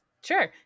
sure